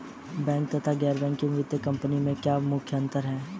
Bank तथा गैर banking वित्तीय कंपनियों में मुख्य अंतर क्या है?